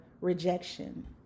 rejection